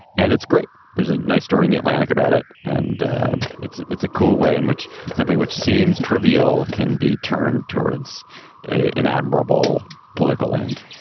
and it's great. there's a nice story in the atlantic about it, and it's it's a cool way in which something which seems trivial can be turned towards an admirable political end